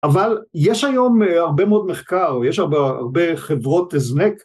אבל יש היום הרבה מאוד מחקר ויש הרבה חברות הזנק